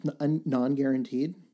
Non-guaranteed